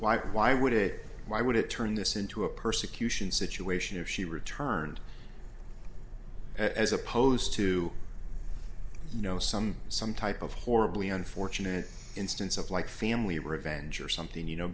why why would it why would it turn this into a persecution situation if she returned as opposed to know some some type of horribly unfortunate instance of like family revenge or something you know